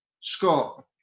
Scott